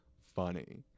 funny